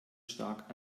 stark